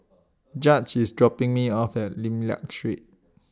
Judge IS dropping Me off At Lim Liak Street